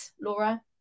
laura